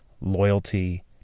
Loyalty